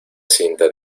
cinta